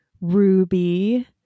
Ruby